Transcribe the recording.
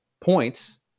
points